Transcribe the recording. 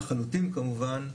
ההיטלים החלוטים כמובן,